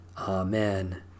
Amen